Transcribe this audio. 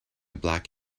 black